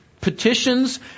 petitions